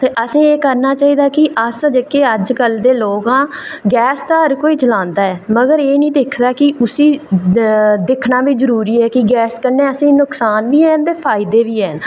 ते असें एह् करना चाहिदा कि अस जेह्के अज्जकल दे लोक आं गैस तां हर कोई चलांदा ऐ मगर एह् निं दिखदा कि उसी दिक्खना बी जरूरी ऐ गैस कन्नै असेंगी नुक्सान बी हैन ते फायदे बी हैन